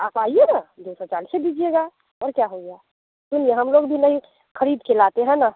आप आइएगा दो सौ चालीसे दीजिएगा और क्या हो गया सुनिए हम लोग भी नहीं खरीद कर लाते हैं ना